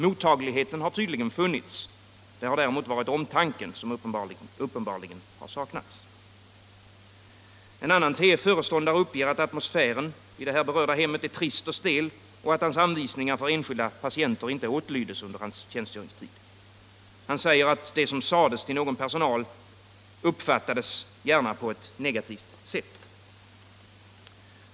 Mottagligheten har tydligen funnits. Det har däremot varit omtanken som uppenbarligen saknats. En tf. föreståndare uppger att atmosfären vid det här berörda hemmet är trist och stel och att hans anvisningar för enskilda patienter inte åtlyddes under hans tjänstgöringstid. Han uttalar att det som sades till någon inom personalen uppfattades gärna på ett negativt sätt.